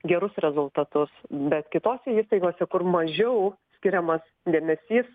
gerus rezultatus bet kitose įstaigose kur mažiau skiriamas dėmesys